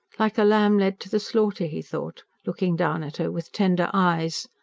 like a lamb led to the slaughter, he thought, looking down at her with tender eyes.